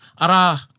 ara